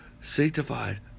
sanctified